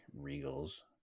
Regals